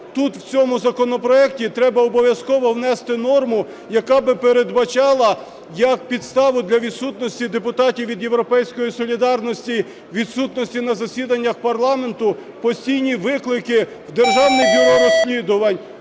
тут, в цьому законопроекті, треба обов'язково внести норму, яка би передбачала як підставу для відсутності депутатів від "Європейської солідарності", відсутності на засіданнях парламенту, постійні виклики в Державне бюро розслідувань,